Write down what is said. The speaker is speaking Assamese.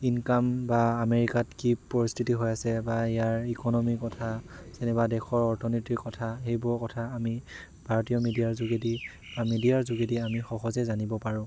ইনকাম বা আমেৰিকাত কি পৰিস্থিতি হৈ আছে বা ইয়াৰ ইকন'মিৰ কথা যেনিবা দেশৰ অৰ্থনীতিৰ কথা সেইবোৰৰ কথা আমি ভাৰতীয় মিডিয়াৰ যোগেদি মিডিয়াৰ যোগেদি আমি সহজে জানিব পাৰোঁ